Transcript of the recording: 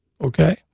Okay